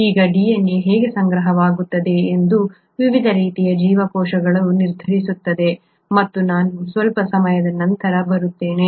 ಈಗ DNA ಹೇಗೆ ಸಂಗ್ರಹವಾಗುತ್ತದೆ ಎಂಬುದು ವಿವಿಧ ರೀತಿಯ ಜೀವಕೋಶಗಳನ್ನು ನಿರ್ಧರಿಸುತ್ತದೆ ಮತ್ತು ನಾನು ಸ್ವಲ್ಪ ಸಮಯದ ನಂತರ ಬರುತ್ತೇನೆ